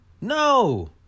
No